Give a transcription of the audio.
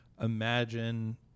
imagine